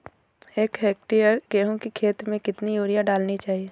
एक हेक्टेयर गेहूँ की खेत में कितनी यूरिया डालनी चाहिए?